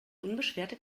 unbeschwerte